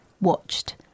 watched